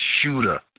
shooter